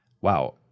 wow